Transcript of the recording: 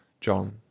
John